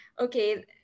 okay